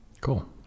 Cool